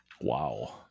Wow